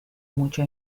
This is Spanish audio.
mucho